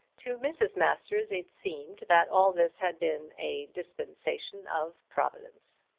to mrs. masters it seemed that all this had been a dispensation of providence.